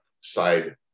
side